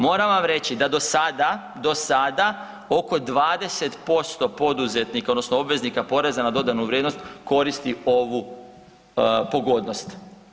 Moram vam reći da do sada, do sada, oko 20% poduzetnika, odnosno obveznika poreza na dodanu vrijednost koristi ovu pogodnost.